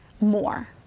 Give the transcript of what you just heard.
more